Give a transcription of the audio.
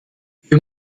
wir